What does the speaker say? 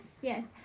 yes